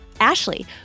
Ashley